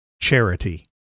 charity